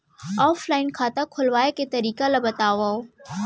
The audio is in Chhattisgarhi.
ऑफलाइन खाता खोलवाय के तरीका ल बतावव?